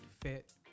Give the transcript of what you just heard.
fit